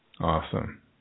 Awesome